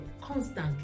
constantly